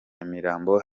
nyamirambo